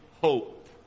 hope